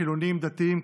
חילונים דתיים,